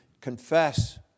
confess